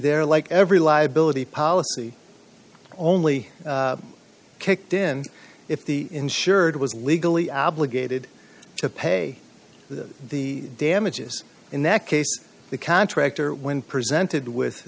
there like every liability policy only kicked in if the insured was legally obligated to pay the damages in that case the contractor when presented with